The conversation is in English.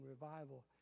revival